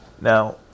now